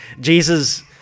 Jesus